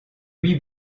huit